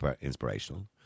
inspirational